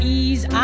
ease